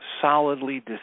solidly